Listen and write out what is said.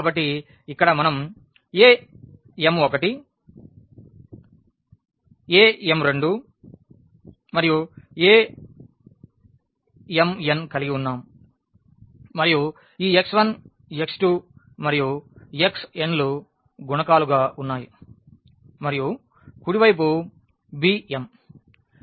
కాబట్టి ఇక్కడ మనం am1 am2 మరియు amn కలిగివున్నాము మరియు ఈ x1 x2 మరియు xn లు గుణకాలు గా ఉన్నాయి మరియు కుడి వైపు bm